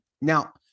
now